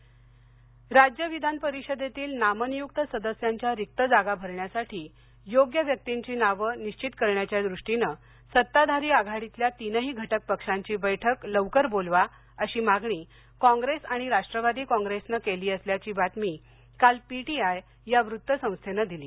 नेमणका राज्य विधानपरिषदेतील नामनियुक्त सदस्यांच्या रिक्त जागा भरण्यासाठी योग्य व्यक्तींची नावं निश्चित करण्याच्या दृष्टीनं सत्ताधारी आघाडीतल्या तीनही घटक पक्षांची बैठक लवकर बोलवा अशी मागणी कॉग्रेस आणि राष्ट्रवादी कॉग्रेसनं केली असल्याची बातमी काल पीटीआय या वृत्त संस्थेनं दिली